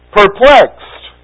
perplexed